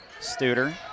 Studer